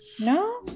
No